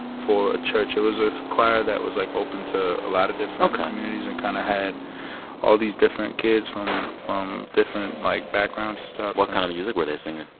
for a church. it was a choir that was, like, open to a lot of different communities. ok. and kind of had all these different kids from from different, like, backgrounds and stuff what kind of music where they singing?